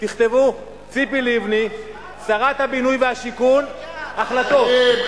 תכתבו: ציפי לבני שרת הבינוי והשיכון, החלטות.